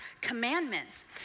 commandments